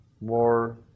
more